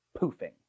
poofing